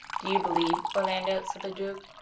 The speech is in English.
do you believe, orlando said the duke,